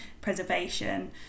preservation